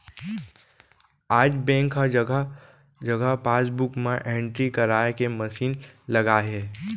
आज बेंक ह जघा जघा पासबूक म एंटरी कराए के मसीन लगाए हे